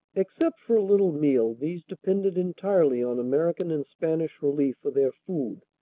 except for a little meal, these depended entirely on american and spanish relief for their food,